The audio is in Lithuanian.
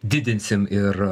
didinsim ir